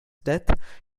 death